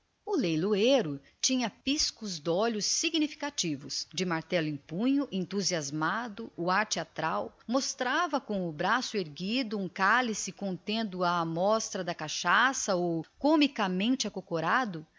o leiloeiro tinha piscos de olhos significativos de martelo em punho entusiasmado o ar trágico mostrava com o braço erguido um cálice de cachaça ou comicamente acocorado